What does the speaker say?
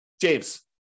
James